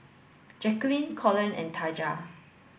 Jacquelin Colon and Taja